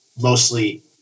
mostly